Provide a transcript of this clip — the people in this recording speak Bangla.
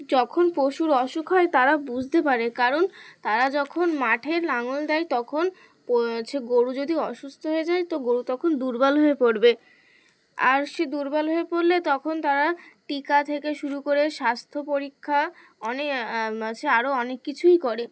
যখন পশুর অসুখ হয় তারা বুঝতে পারে কারণ তারা যখন মাঠে লাঙল দেয় তখন হচ্ছে গরু যদি অসুস্থ হয়ে যায় তো গরু তখন দুর্বল হয়ে পড়বে আর সে দুর্বল হয়ে পড়লে তখন তারা টিকা থেকে শুরু করে স্বাস্থ্য পরীক্ষা অনে হচ্ছে আরও অনেক কিছুই করে